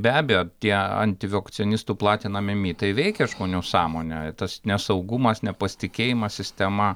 be abejo tie antivakcionistų platinami mitai veikia žmonių sąmonę tas nesaugumas nepasitikėjimas sistema